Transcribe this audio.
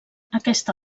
aquesta